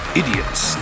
idiots